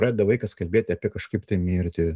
pradeda vaikas kalbėt apie kažkaip tai mirtį